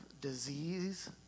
disease